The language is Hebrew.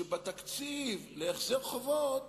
שבתקציב להחזר חובות